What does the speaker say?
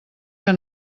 que